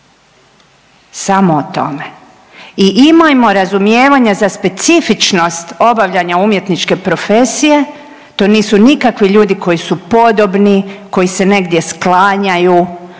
samo o tome. I imajmo razumijevanja za specifičnost obavljanja umjetničke profesije. To nisu nikakvi ljudi koji su podobni, koji se negdje sklanjanju,